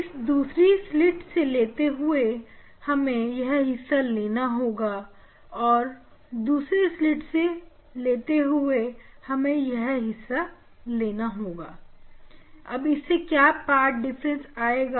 इस दूसरे स्लिट से लेते हुए हमें यह हिस्सा लेना होगा और उस दूसरे स्लिट से लेते हुए हमें यह हिस्सा लेना होगा अब इससे क्या पाठ डिफरेंस आएगा